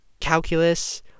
Calculus